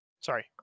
Sorry